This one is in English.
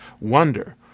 wonder